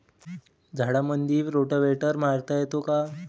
झाडामंदी रोटावेटर मारता येतो काय?